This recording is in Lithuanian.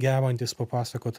gebantys papasakot